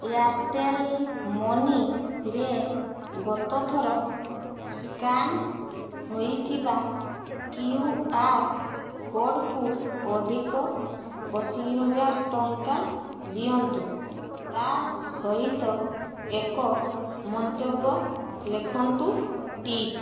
Airtel ମନିରେ ଗତ ଥର ସ୍କାନ୍ ହେଇଥିବା କ୍ୟୁ ଆର୍ କୋଡ଼୍କୁ ଅଧିକ ଅଶି ହଜାର ଟଙ୍କା ଦିଅନ୍ତୁ ତା ସହିତ ଏକ ମନ୍ତବ୍ୟ ଲେଖନ୍ତୁ ଟିପ୍